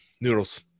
Noodles